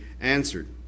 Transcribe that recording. answered